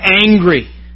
angry